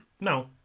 No